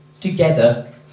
together